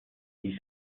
ils